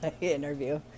interview